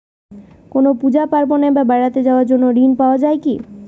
কোনো পুজো পার্বণ বা বেড়াতে যাওয়ার জন্য ঋণ পাওয়া যায় কিনা?